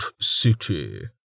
city